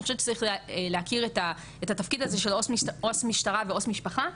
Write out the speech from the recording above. אני חושבת שצריך להכיר את התפקיד הזה של עו"ס משטרה ועו"ס משפחה.